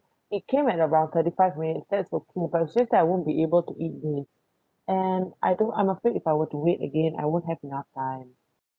it came at about thirty five minutes that's okay but it's just that I won't be able to eat it and I do I'm afraid if I were to wait again I won't have enough time